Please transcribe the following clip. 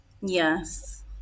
Yes